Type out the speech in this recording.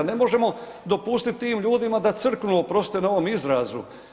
Ne možemo dopustiti tim ljudima da crknu, oprostite na ovom izrazu.